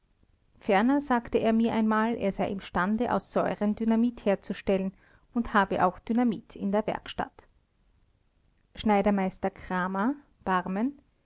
ferner sagte er mir einmal er sei imstande aus säuren dynamit herzustellen und habe auch dynamit in der werkstatt schneidermeister cramer